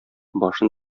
башын